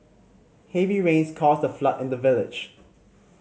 heavy rains caused a flood in the village